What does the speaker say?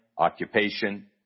occupation